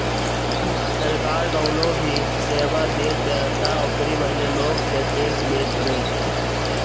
सरकार कवनो भी सेवा देतबिया तअ ओकरी बदले लोग से टेक्स लेत हवे